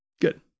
Good